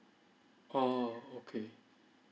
err okay